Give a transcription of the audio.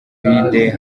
hamwe